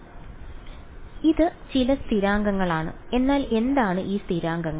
അതിനാൽ ഇത് ചില സ്ഥിരാങ്കങ്ങളാണ് എന്നാൽ എന്താണ് ആ സ്ഥിരാങ്കങ്ങൾ